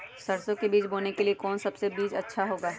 सरसो के बीज बोने के लिए कौन सबसे अच्छा बीज होगा?